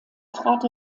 trat